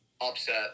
upset